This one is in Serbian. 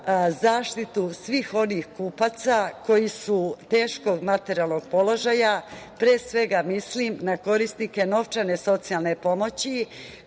zaštitu svih onih kupaca koji su teškog materijalnog položaja, pre svega mislim na korisnike novčane socijalne pomoći,